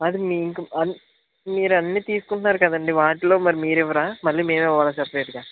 అది మీకు అన్ మీరు అన్నీ తీసుకుంటున్నారు కదండి వాటిలో మరి మీరు ఇవ్వరా మళ్ళీ మేము ఇవ్వాలా సపెరేట్గా